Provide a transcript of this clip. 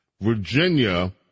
Virginia